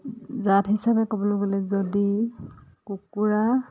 জাত হিচাপে ক'বলৈ গ'লে যদি কুকুৰা